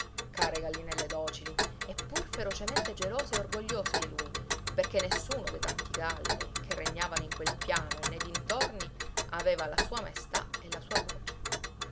care gallinelle docili eppur ferocemente gelose e orgogliose di lui perché nessuno dei tanti galli che regnavano in quel piano e nei dintorni aveva la sua maestà e la sua voce